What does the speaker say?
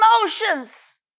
emotions